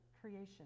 creation